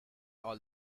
all